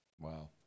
Wow